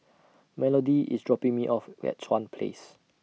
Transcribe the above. Melody IS dropping Me off At Chuan Place